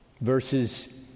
verses